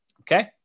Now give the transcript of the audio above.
Okay